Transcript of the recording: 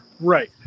Right